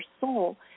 soul